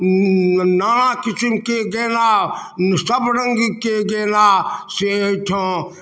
नाना किसिमके गेना सबरङ्गके गेना से अइ ठाम